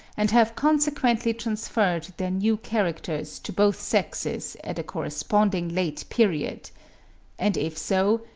and have consequently transferred their new characters to both sexes at a corresponding late period and if so,